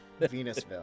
Venusville